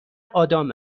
آدام